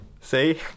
See